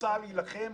צה"ל יילחם,